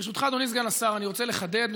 ברשותך, אדוני סגן השר, אני רוצה לחדד.